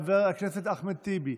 חבר הכנסת אחמד טיבי,